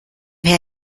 her